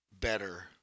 better